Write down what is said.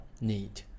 need